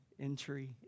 entry